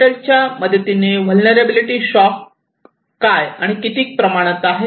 capital च्या मदतीने vulnerability shock काय आणि किती प्रमाणात आहे